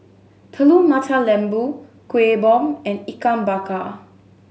Telur Mata Lembu Kuih Bom and Ikan Bakar